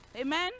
Amen